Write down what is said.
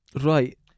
Right